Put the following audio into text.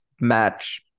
match